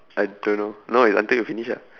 I don't know now is you until you finish ah